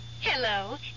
Hello